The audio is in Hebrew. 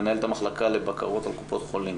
מנהלת המחלקה לבקרות על קופות חולים,